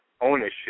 ownership